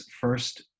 first